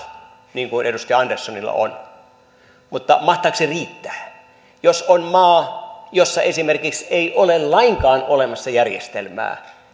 niin kuin edustaja anderssonilla on mutta mahtaako se riittää jos on maa jossa esimerkiksi ei ole lainkaan olemassa järjestelmää